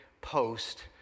post